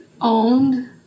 owned